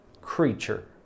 creature